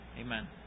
Amen